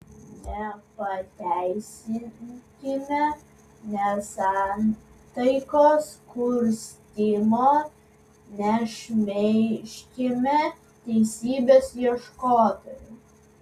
nepateisinkime nesantaikos kurstymo nešmeižkime teisybės ieškotojų